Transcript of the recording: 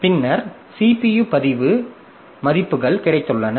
பின்னர் CPU பதிவு மதிப்புகள் கிடைத்துள்ளன